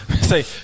Say